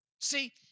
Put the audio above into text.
See